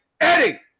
Eddie